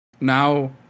Now